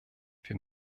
wir